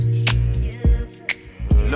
Love